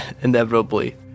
inevitably